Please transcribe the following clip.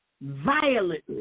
violently